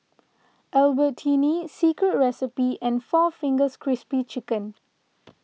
Albertini Secret Recipe and four Fingers Crispy Chicken